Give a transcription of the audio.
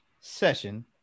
session